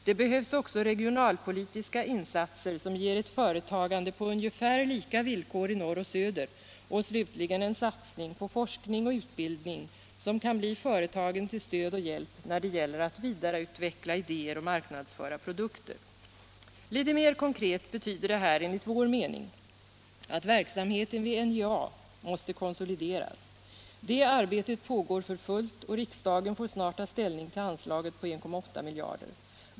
Det behövs också regionalpolitiska insatser som ger ett företagande på ungefär lika villkor i norr och söder och slutligen en satsning på forskning och utbildning som kan bli företagen till stöd och hjälp när det gäller att vidareutveckla idéer och marknadsföra produkter. Litet mer konkret betyder det här enligt min mening att verksamheten Allmänpolitisk debatt Allmänpolitisk debatt vid NJA måste konsolideras. Det arbetet pågår för fullt, och riksdagen får snart ta ställning till anslaget på 1,8 miljarder.